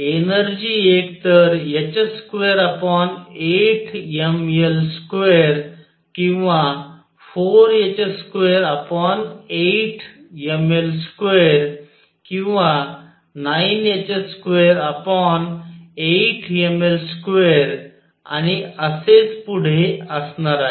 energy एकतर h28mL2 किंवा 4h28mL2 किंवा 9h28mL2 आणि असेच पुढे असणार आहे